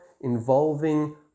involving